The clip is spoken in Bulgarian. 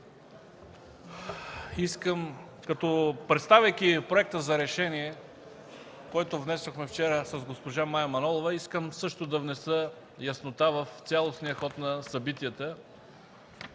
искам, представяйки проекта за решение, който внесохме вчера с госпожа Мая Манолова, да внеса яснота в цялостния ход на събитията,